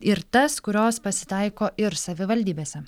ir tas kurios pasitaiko ir savivaldybėse